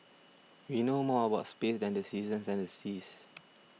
we know more about space than the seasons and the seas